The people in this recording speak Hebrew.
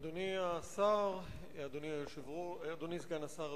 אדוני סגן השר,